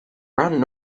run